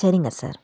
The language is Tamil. சரிங்க சார்